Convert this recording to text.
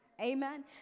Amen